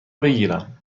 بگیرم